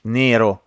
nero